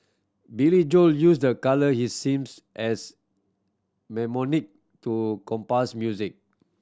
Billy Joel use the colour he seems as mnemonic to compose music